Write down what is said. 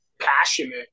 passionate